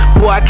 Boy